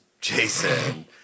Jason